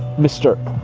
mr,